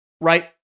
right